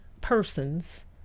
persons